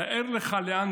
תאר לך לאן